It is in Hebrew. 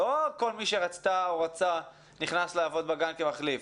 לא כל מי שרצתה או רצה, נכנס לעבוד בגן כמחליף.